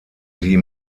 sie